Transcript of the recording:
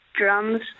Drums